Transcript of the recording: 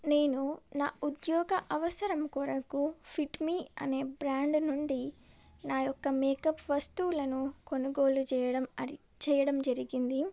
నేను నా ఉద్యోగ అవసరం కొరకు ఫిట్ మీ అనే బ్రాండ్ నుండి నాయొక్క మేకప్ వస్తువులను కొనుగోలు చేయడం చేయడం జరిగింది